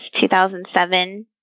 2007